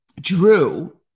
Drew